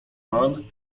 mann